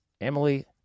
Emily